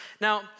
now